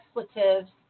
expletives